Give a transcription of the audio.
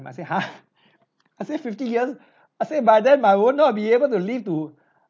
I said !huh! I say fifty years I say by then I will not be able to live to